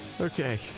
Okay